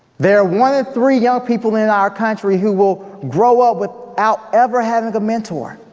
there are one of three young people in our country who will grow up without ever having a mentor,